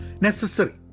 Necessary